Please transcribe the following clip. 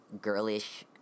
girlish